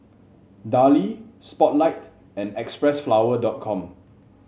Darlie Spotlight and Xpressflower Com